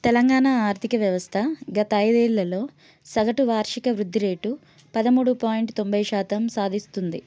తెలంగాణ ఆర్థిక వ్యవస్థ గత ఐదేళ్ళలో సగటు వార్షిక వృద్ధి రేటు పదమూడు పాయింట్ తొంభై శాతం సాధిస్తుంది